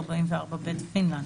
(44ב) פינלנד,